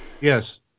Yes